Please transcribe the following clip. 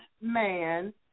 man